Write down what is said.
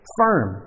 firm